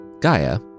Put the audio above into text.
Gaia